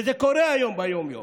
וזה קורה היום ביום-יום.